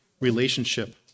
relationship